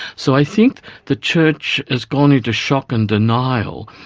so i think the church has gone into shock and denial.